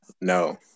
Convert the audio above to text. no